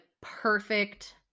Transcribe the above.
perfect